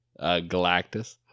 Galactus